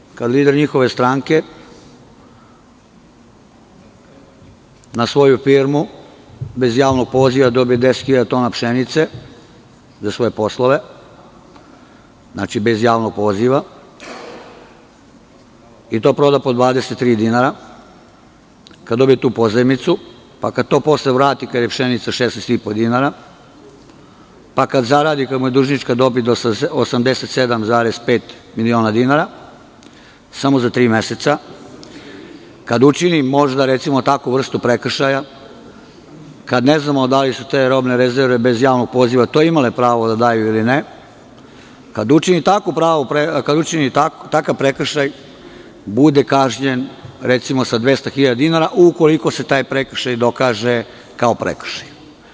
Recimo, kada lider njihove stranke na svoju firmu, bez javnog poziva, dobije 10 hiljada tona pšenice za svoje poslove, znači, bez javnog poziva, to proda po 23 dinara, kada dobije tu pozajmicu i kada to posle vrati, kada je pšenica 16,5 dinara, pa kada zaradi i kada mu je dužnička dobit 87,5 miliona dinara samo za tri meseca, kada učini, možda, takvu vrstu prekršaja, kada ne znamo da li su te robne rezerve bez javnog poziva to imali prava da daju ili ne, kada učini takav prekršaj, bude kažnjen sa, recimo, 200 hiljada dinara, ukoliko se taj prekršaj dokaže kao prekršaj.